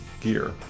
gear